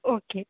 okay